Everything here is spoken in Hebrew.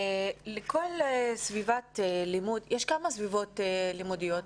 יש כמה סביבות לימודיות.